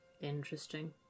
Interesting